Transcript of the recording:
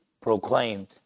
proclaimed